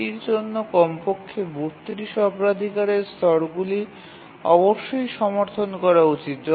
এটির জন্য কমপক্ষে ৩২ অগ্রাধিকারের স্তরগুলি অবশ্যই সমর্থন করা উচিত